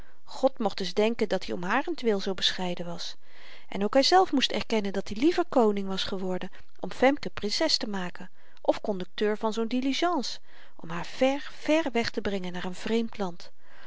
god mocht eens denken dat-i om harentwil zoo bescheiden was en ook hyzelf moest erkennen dat-i liever koning was geworden om femke prinses te maken of kondukteur van zoo'n diligence om haar ver vèr weg te brengen naar n vreemd land